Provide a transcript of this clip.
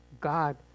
God